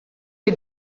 est